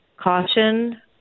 caution